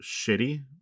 shitty